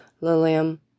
Lilium